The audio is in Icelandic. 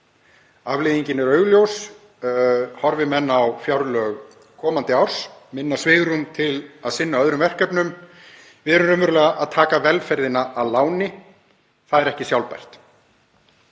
Afleiðingin er augljós, horfi menn á fjárlög komandi árs, og minna svigrúm til að sinna öðrum verkefnum. Við erum raunverulega að taka velferðina að láni. Það er ekki sjálfbært.